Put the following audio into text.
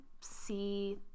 see